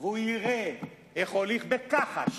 הוא יראה איך הוליך בכחש,